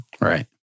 Right